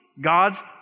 God's